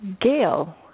Gail